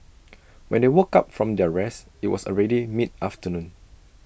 when they woke up from their rest IT was already mid afternoon